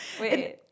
Wait